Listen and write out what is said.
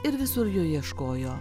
ir visur jo ieškojo